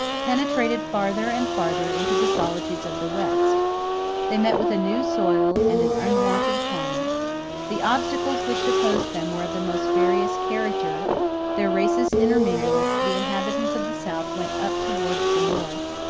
penetrated farther and farther into the solitudes of the west they met with a new soil and an unwonted climate the obstacles which opposed them were of the most various character their races intermingled, the inhabitants of the south went up towards the north,